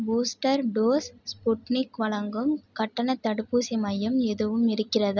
booster dose Sputnik வழங்கும் கட்டணத் தடுப்பூசி மையம் எதுவும் இருக்கிறதா